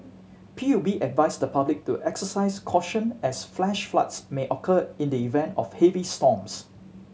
P U B advised the public to exercise caution as flash floods may occur in the event of heavy storms